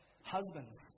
Husbands